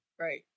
Right